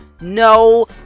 no